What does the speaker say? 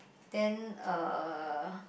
then uh